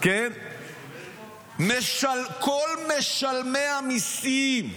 כל משלמי המיסים,